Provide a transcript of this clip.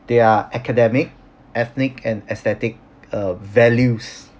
their academic ethnic and aesthetic uh values